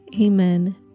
Amen